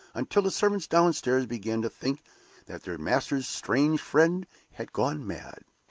until the servants downstairs began to think that their master's strange friend had gone mad.